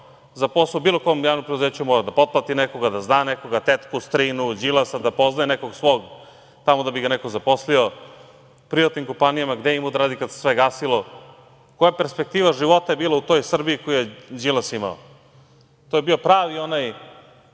Za posao u bilo kom javnom preduzeću morao je da potplati nekoga, da zna nekoga, tetku, strinu, Đilasa, da poznaje nekog svog tamo da bi ga neko zaposlio. U privatnim kompanijama gde je imao da radi, kad se sve gasilo? Koja perspektiva života je bila u toj Srbiji koju je Đilas imao? To je bilo pravo ono